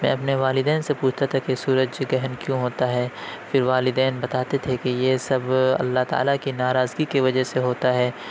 میں اپنے والدین سے پوچھتا تھا کہ سورج گرہن کیوں ہوتا ہے پھر والدین بتاتے تھے کہ یہ سب اللہ تعالیٰ کی ناراضگی کی وجہ سے ہوتا ہے